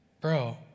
Bro